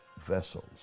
vessels